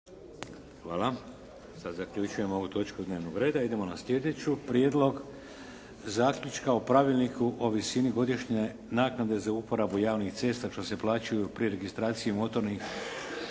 Vladimir (HDZ)** Idemo na slijedeću. - Prijedlog zaključka o Pravilniku o visini godišnje naknade za uporabu javnih cesta što se plaćaju pri registraciji motornih